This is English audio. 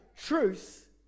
truth